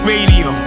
Radio